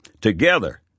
Together